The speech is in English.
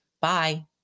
bye